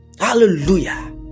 Hallelujah